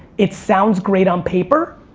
it sounds great on paper,